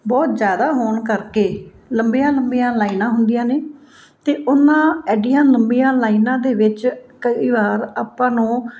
ਬਹੁਤ ਜ਼ਿਆਦਾ ਹੋਣ ਕਰਕੇ ਲੰਬੀਆਂ ਲੰਬੀਆਂ ਲਾਈਨਾਂ ਹੁੰਦੀਆਂ ਨੇ ਅਤੇ ਉਹਨਾਂ ਏਡੀਆਂ ਲੰਬੀਆਂ ਲਾਈਨਾਂ ਦੇ ਵਿੱਚ ਕਈ ਵਾਰ ਆਪਾਂ ਨੂੰ